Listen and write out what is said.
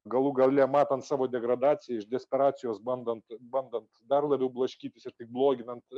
galų gale matant savo degradaciją iš desperacijos bandant bandant dar labiau blaškytis ir taip bloginant